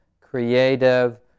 creative